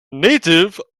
native